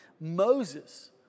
Moses